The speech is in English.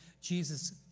Jesus